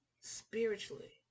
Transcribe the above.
Spiritually